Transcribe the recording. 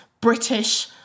British